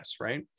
right